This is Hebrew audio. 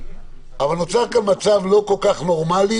אבל נוצר כאן מצב לא כל כך נורמלי,